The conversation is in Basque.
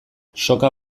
soka